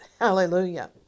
Hallelujah